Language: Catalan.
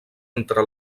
entre